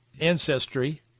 ancestry